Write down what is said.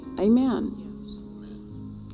Amen